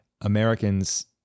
Americans